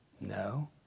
No